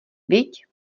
viď